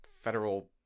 federal